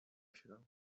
chwilę